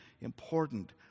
important